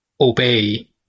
obey